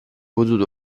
potuto